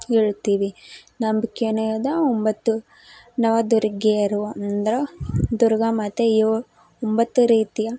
ಹೇಳ್ತೀವಿ ನಂಬ್ಕೆಯೇ ಅದು ಒಂಬತ್ತು ನವದುರ್ಗೆಯರು ಅಂದ್ರೆ ದುರ್ಗಾ ಮಾತೆಯು ಒಂಬತ್ತು ರೀತಿಯ